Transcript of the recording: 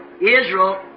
Israel